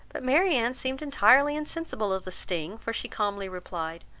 but marianne seemed entirely insensible of the sting for she calmly replied,